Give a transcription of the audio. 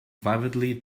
vividly